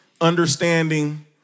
understanding